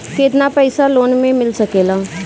केतना पाइसा लोन में मिल सकेला?